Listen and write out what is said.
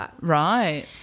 Right